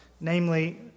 namely